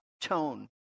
tone